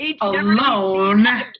alone